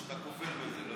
אתה כופר בזה.